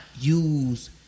use